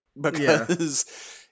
because-